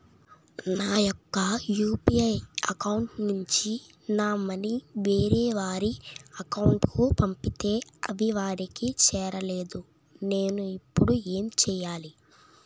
నా యెక్క UPI account నుంచి నా మనీ వేరే వారి అకౌంట్ కు పంపితే అవి వారికి చేరలేదు నేను ఇప్పుడు ఎమ్ చేయాలి?